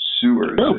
sewers